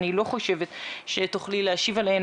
אני לא חושבת שתוכלי להשיב עליהן,